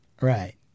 Right